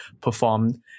performed